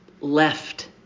left